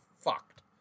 fucked